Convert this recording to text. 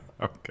Okay